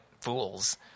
fools